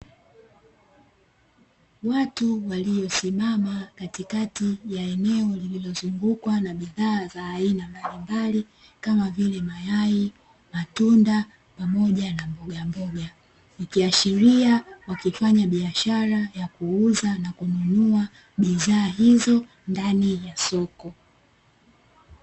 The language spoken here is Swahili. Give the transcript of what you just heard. Watu waliosimama katikati ya eneo lililozungukwa na bidhaa za aina mbalimbali, kama vile: mayai, matunda, pamoja na mbogamboga, ikiashiria wakifanya biashara ya kuuza na kununua bidhaa hizo ndani ya soko.